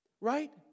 Right